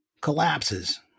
collapses